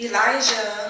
Elijah